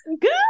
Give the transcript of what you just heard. good